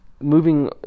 moving